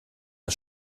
der